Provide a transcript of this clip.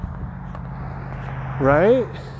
Right